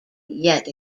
yet